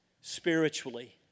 spiritually